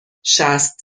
شصت